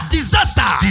Disaster